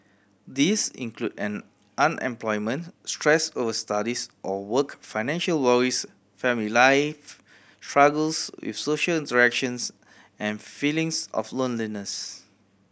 these include an unemployment stress over studies or work financial worries family life struggles with social interactions and feelings of loneliness